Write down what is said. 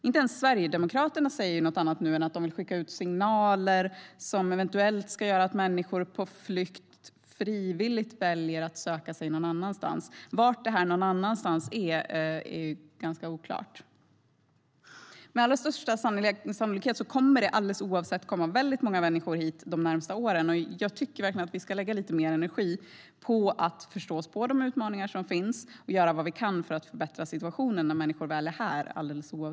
Inte ens Sverigedemokraterna säger något annat nu än att de vill skicka ut signaler som eventuellt ska göra att människor på flykt frivilligt väljer att söka sig någon annanstans. Var detta någon annanstans ligger är ganska oklart. Med allra största sannolikhet kommer det att komma väldigt många människor hit de närmaste åren. Jag tycker att vi ska lägga lite mer energi på att förstå oss på de utmaningar som finns och göra vad vi kan för att förbättra situationen när människor väl är här.